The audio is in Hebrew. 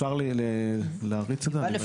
אפשר להריץ את המצגת?